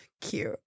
cute